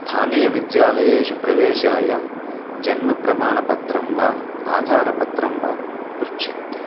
स्थानीयविद्यालयेषु प्रवेशाय जन्मप्रमाणपत्रं वा आधारपत्रं वा पृच्छन्ति